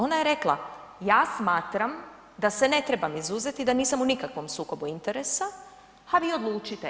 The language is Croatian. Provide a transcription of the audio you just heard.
Ona je rekla, ja smatram da se ne trebam izuzeti i da nisam u nikakvom sukobu interesa, a vi odlučite.